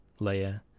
Leia